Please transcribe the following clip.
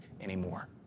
anymore